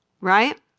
right